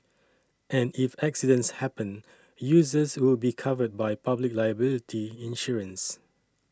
and if accidents happen users will be covered by public liability insurance